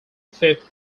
fifth